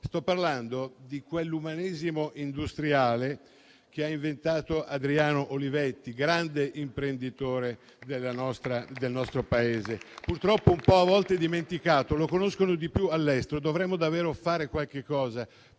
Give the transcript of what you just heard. Sto parlando di quell'umanesimo industriale che ha inventato Adriano Olivetti, grande imprenditore del nostro Paese, purtroppo a volte un po' dimenticato (lo conoscono di più all'estero). Dovremmo davvero fare qualche cosa